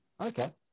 Okay